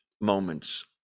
moments